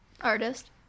Artist